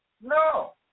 No